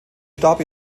starb